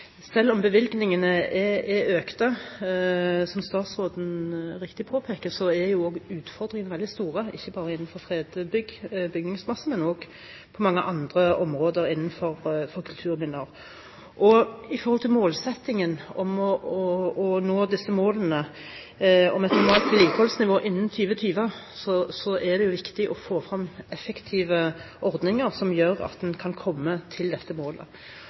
Selv om bevilgningene er økt, som statsråden riktig påpeker, er utfordringene veldig store, ikke bare innenfor fredet bygningsmasse, men også på mange andre områder innenfor kulturminner. Når det gjelder å nå disse målene – vedlikeholdsnivået – innen 2020, er det viktig å få frem effektive ordninger. Så mitt spørsmål er: Ser statsråden at de forslagene som bl.a. er skissert i sakene vi behandler nå, kan